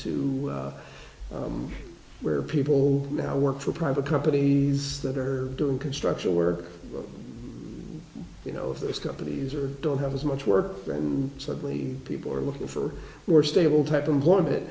to where people now work for private companies that are doing construction work you know if those companies are don't have as much work then suddenly people are looking for more stable type employment